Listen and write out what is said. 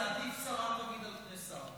עדיף תמיד שרה על פני שר.